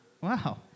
Wow